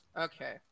Okay